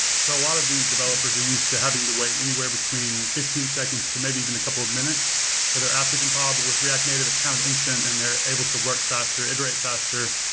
so a lot of these developers are used to having to wait anywhere between fifteen seconds to maybe even a couple of minutes for their app to compile, but with react native it's kind of instant and they're able to work faster, iterate faster,